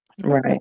Right